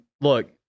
look